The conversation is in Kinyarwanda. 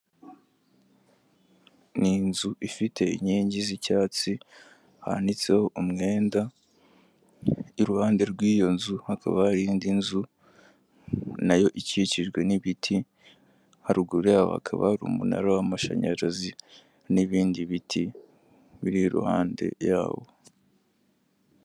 Ni inzu ifite inkingi z'icyatsi hanitseho umwenda, iruhande rw'iyo nzu hakaba hari indi nzu nayo ikikijwe n'ibiti, haruguru y'aho hakaba hari umunara w'amashanyarazi n'ibindi biti biri iruhande yawo.